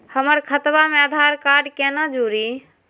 हमर खतवा मे आधार कार्ड केना जुड़ी?